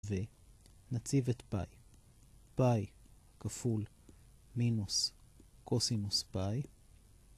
ונציב את פאי, פאי כפול מינוס קוסינוס פאי.